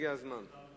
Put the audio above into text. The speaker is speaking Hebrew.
הגיע, הגיע הזמן.